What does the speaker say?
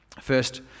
First